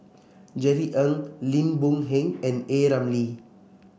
Jerry Ng Lim Boon Heng and A Ramli